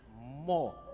more